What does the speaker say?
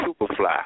Superfly